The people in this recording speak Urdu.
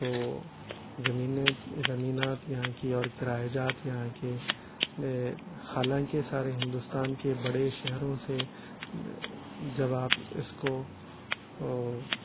تو زمینیں زمینات یہاں کی اور کرایے جات یہاں کے حالانکہ کے سارے ہندوستان کے بڑے شہروں سے جب آپ اس کو